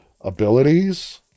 abilities